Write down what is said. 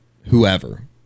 whoever